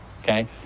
okay